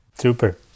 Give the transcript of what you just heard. Super